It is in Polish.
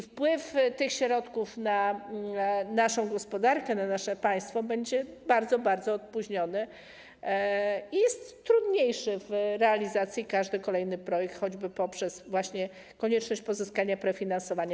Wpływ tych środków na naszą gospodarkę, na nasze państwo będzie bardzo, bardzo opóźniony i jest trudniejszy w realizacji każdy kolejny projekt, choćby poprzez właśnie konieczność pozyskania prefinansowania.